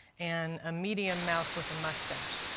and a medium mouth with a mustache.